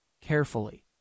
carefully